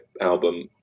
album